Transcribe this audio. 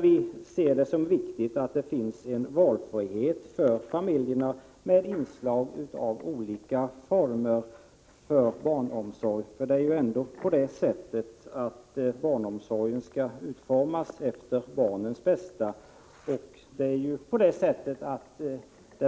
Vi ser det som viktigt att det finns en valfrihet för familjerna genom inslag av olika former för barnomsorgen. Barnomsorgen skall ju utformas efter barnens bästa. Det